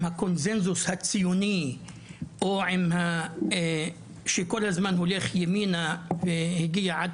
הקונצנזוס הציוני או עם שכל הזמן הולך ימינה והגיע עד